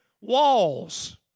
walls